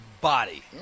body